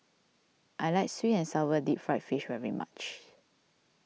I like Sweet and Sour Deep Fried Fish very much